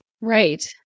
Right